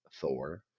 Thor